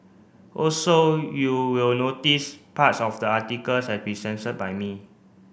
also you will notice parts of the articles have been censored by me